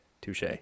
Touche